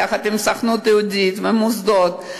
יחד עם הסוכנות היהודית והמוסדות,